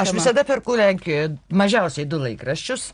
aš visada perku lenkijoje mažiausiai du laikraščius